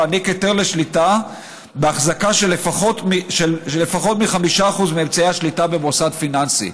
להעניק היתר לשליטה באחזקה של לפחות 5% מאמצעי השליטה במוסד פיננסי.